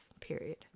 period